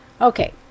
Okay